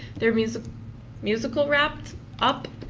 their musical musical wrapped up,